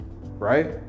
right